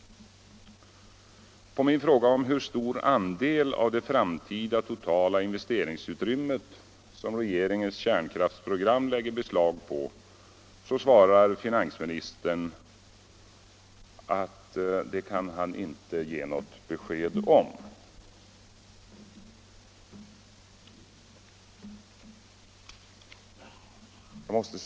På min fråga om hur stor andel av det framtida totala investeringsutrymmet som regeringens kärnkraftsprogram lägger beslag på, svarar finansministern att det kan han inte ge något besked om.